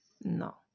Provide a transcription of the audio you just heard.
No